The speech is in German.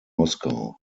moskau